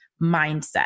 mindset